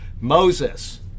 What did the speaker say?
Moses